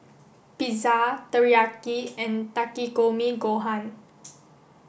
Pizza Teriyaki and Takikomi Gohan